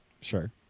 Sure